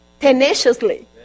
tenaciously